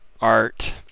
art